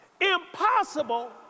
impossible